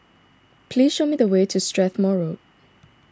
please show me the way to Strathmore Road